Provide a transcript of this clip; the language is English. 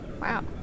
Wow